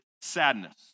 sadness